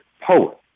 poet